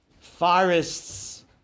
Forests